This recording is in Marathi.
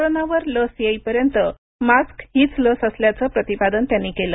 कोरोनावर लस येईपर्यंत मास्क हीच लस असल्याचं प्रतिपादन त्यांनी केलं